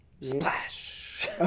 Splash